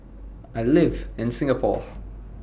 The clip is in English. I live in Singapore